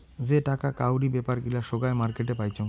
যেটাকা কাউরি বেপার গিলা সোগায় মার্কেটে পাইচুঙ